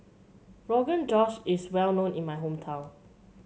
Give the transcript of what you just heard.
Rogan Josh is well known in my hometown